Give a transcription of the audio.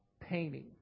painting